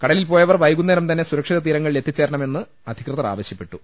കടലിൽ പോയവർ വൈകുന്നേരം തന്നെ സുരക്ഷിത ്തീരങ്ങളിൽ എത്തിച്ചേരണമെന്ന് അധികൃതർ ആവ ശ്യപ്പെട്ടു